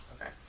okay